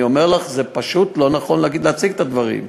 אני אומר לך: זה פשוט לא נכון להציג כך את הדברים.